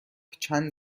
چند